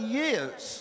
years